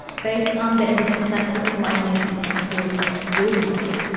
based on the evidence that, because my niece is a school student here,